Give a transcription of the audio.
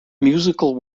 musical